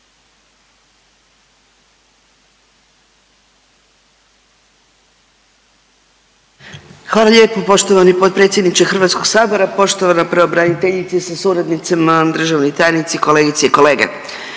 Hvala lijepo poštovani potpredsjedniče HS, poštovana pravobraniteljice sa suradnicima, državna tajnice, kolegice i kolege.